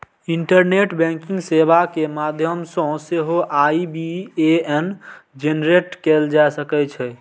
internet banking सेवा के माध्यम सं सेहो आई.बी.ए.एन जेनरेट कैल जा सकै छै